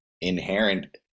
inherent